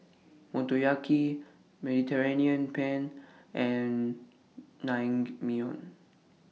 Motoyaki Mediterranean Penne and Naengmyeon